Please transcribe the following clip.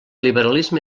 liberalisme